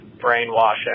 brainwashing